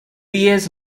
years